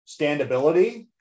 standability